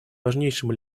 важнейшим